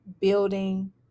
building